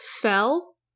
Fell